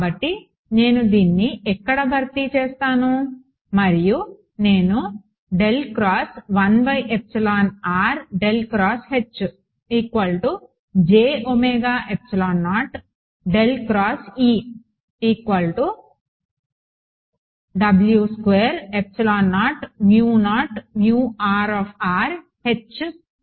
కాబట్టి నేను దీన్ని ఎక్కడ భర్తీ చేస్తాను మరియు నేను పొందబోతున్నాను